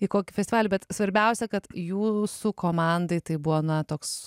į kokį festivalį bet svarbiausia kad jūsų komandai tai buvo na toks